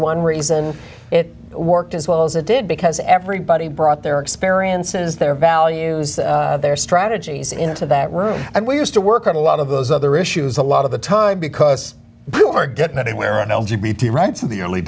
one reason it worked as well as it did because everybody brought their experiences their values their strategies into that room and we used to work on a lot of those other issues a lot of the time because we were getting anywhere on the rights of the early